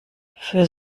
für